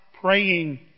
praying